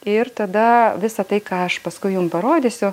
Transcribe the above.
ir tada visa tai ką aš paskui jum parodysiu